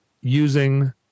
using